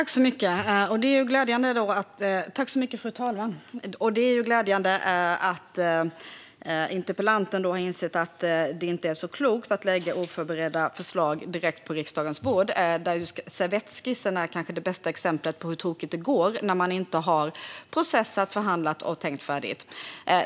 Fru talman! Det är glädjande att interpellanten har insett att det inte är så klokt att lägga oförberedda förslag direkt på riksdagens bord. Servettskissen är kanske det bästa exemplet på hur tokigt det kan gå när man inte har processat, förhandlat och tänkt färdigt.